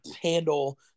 handle